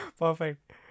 perfect